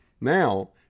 Now